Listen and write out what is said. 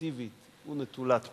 אובייקטיבית ונטולת פניות.